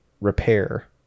repair